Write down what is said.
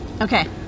Okay